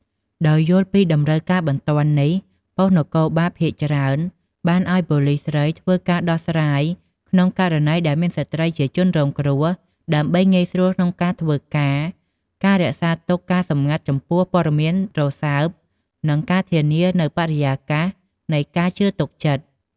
ដោយយល់ពីតម្រូវការបន្ទាន់នេះ ប៉ុស្ដិ៍នគរបាលភាគច្រើនបានឲ្យប៉ូលិសស្រីធ្វើការដោះស្រាយក្នុងករណីដែលមានស្ត្រីជាជនរងគ្រោះ ដើម្បីងាយស្រួលក្នុងការធ្វើការ ការរក្សាទុកការសម្ងាត់ចំពោះព័ត៌មានរសើប និង ធានានូវបរិយាកាសនៃការជឿទុកចិត្ត។